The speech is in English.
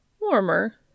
Warmer